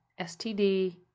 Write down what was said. STD